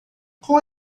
qual